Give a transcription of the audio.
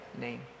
name